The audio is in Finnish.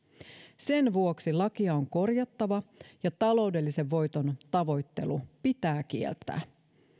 sen vuoksi lakia on korjattava ja taloudellisen voiton tavoittelu pitää kieltää